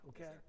okay